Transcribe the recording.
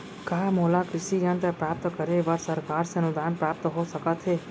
का मोला कृषि यंत्र प्राप्त करे बर सरकार से अनुदान प्राप्त हो सकत हे?